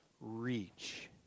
reach